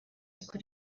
kuri